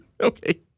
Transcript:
Okay